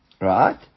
right